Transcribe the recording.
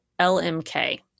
LMK